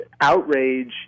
outrage